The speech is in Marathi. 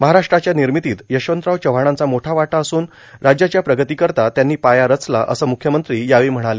महाराष्ट्राच्या र्नामतीत यशवंतराव चव्हाणांचा मोठा वाटा असून राज्याच्या प्रगतीकरता त्यांनी पाया रचला असं मुख्यमंत्री यावेळी म्हणाले